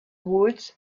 woods